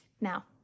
Now